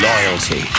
Loyalty